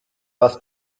was